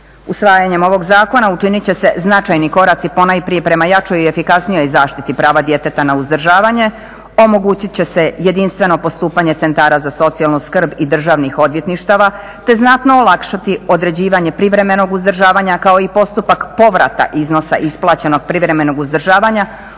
Usvajanjem ovog zakona učiniti će se značajni koraci ponajprije prema jačoj i efikasnijom zaštiti prava djeteta na uzdržavanje, omogućiti će se jedinstveno postupanje centara za socijalnu skrb i državnih odvjetništava te znatno olakšati određivanje privremenog uzdržavanja kao i postupak povrata iznosa isplaćenog privremenog uzdržavanja